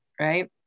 right